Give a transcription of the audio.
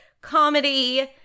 comedy